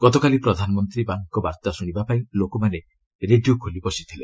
ଗତକାଲି ପ୍ରଧାନମନ୍ତ୍ରୀ ବାର୍ତ୍ତା ଶୁଣିବା ପାଇଁ ଲୋକମାନେ ରେଡ଼ିଓ ଖୋଲି ବସିଥିଲେ